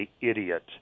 idiot